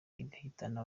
igahitana